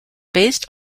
based